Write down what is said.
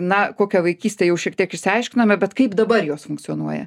na kokia vaikystė jau šiek tiek išsiaiškinome bet kaip dabar jos funkcionuoja